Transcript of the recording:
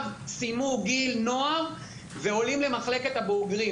סיימו גיל נוער ועולים למחלקת הבוגרים.